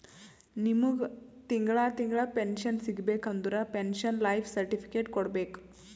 ನಿಮ್ಮಗ್ ತಿಂಗಳಾ ತಿಂಗಳಾ ಪೆನ್ಶನ್ ಸಿಗಬೇಕ ಅಂದುರ್ ಪೆನ್ಶನ್ ಲೈಫ್ ಸರ್ಟಿಫಿಕೇಟ್ ಕೊಡ್ಬೇಕ್